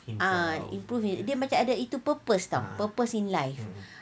ah improve in dia macam ada itu purpose [tau] purpose in life